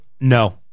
No